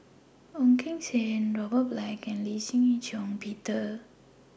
Ong Keng Sen Robert Black and Lee Shih Shiong Peter